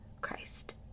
christ